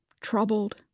troubled